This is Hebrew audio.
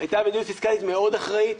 הייתה מדיניות פיסקלית מאוד אחראית.